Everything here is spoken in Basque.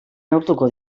neurtuko